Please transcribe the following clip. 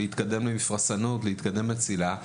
ולהתקדם למפרשנות ולצלילה.